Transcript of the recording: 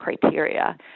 criteria